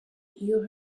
iyo